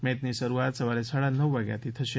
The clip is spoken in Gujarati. મેચની શરૃઆત સવારે સાડા નવ વાગ્યાથી થશે